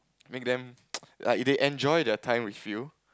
make them like they enjoy their time with you